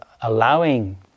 allowing